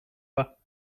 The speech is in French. pas